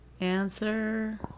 Answer